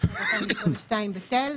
התשפ"ב-2022 בטל.